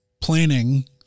planning